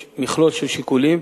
יש מכלול של שיקולים.